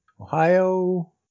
Ohio